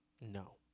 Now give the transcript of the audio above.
No